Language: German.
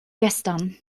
gestern